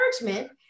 encouragement